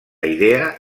idea